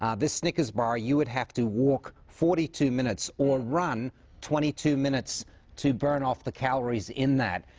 um this snickers bar, you would have to walk forty two minutes or run twenty two minutes to burn off the calories in that.